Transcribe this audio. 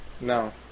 No